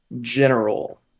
general